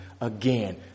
again